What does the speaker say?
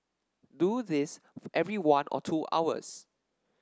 do this every one or two hours